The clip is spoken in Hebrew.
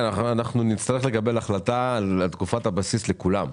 אנחנו נצטרך לקבל החלטה על תקופת הבסיס לכולם.